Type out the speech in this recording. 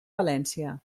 valència